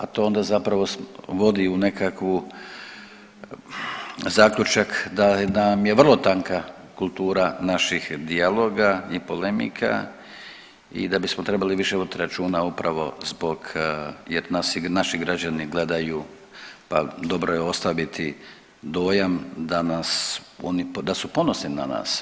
A ta, a to zapravo vodi u nekakvu zaključak da nam je vrlo tanka kultura naših dijaloga i polemika i da bismo trebali više voditi računa upravo zbog jer nas i naši građani gledaju pa dobro je ostaviti dojam da nas, da su ponosni na nas.